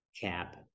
cap